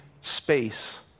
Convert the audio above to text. space